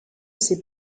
ces